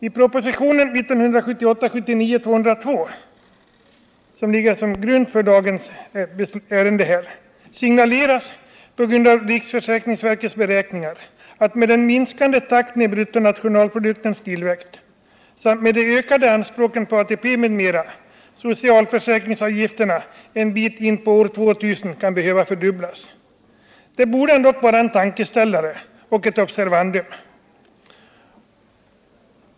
I propositionen 1978/79:202, som ligger till grund för detta ärende, signaleras på grundval av riksförsäkringsverkets beräkningar, att med den minskande takten i bruttonationalproduktens tillväxt samt med de ökade anspråken på ATP m.m. socialförsäkringsavgifterna en bit in på år 2 000 kan behöva fördubblas. Det borde ändock vara en tankeställare och ett observ andum.